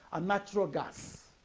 and natural gas.